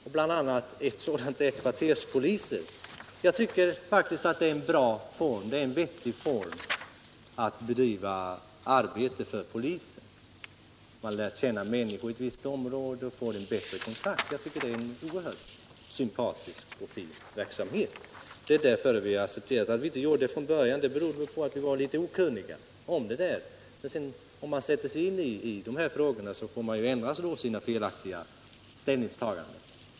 Ett sådant är förslaget om kvarterspoliser. Det är en bra och vettig form för bedrivande av polisens arbete. Man lär känna människor i ett visst område och får bättre kontakt. Jag tycker att det är en oerhört sympatisk och fin verksamhet. Det är därför vi har accepterat förslaget. Anledningen till att vi inte gjorde det från början var att vi var litet okunniga. Men om man sätter sig in i frågorna får man ändra sina felaktiga ställningstaganden!